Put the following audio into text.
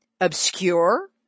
Obscure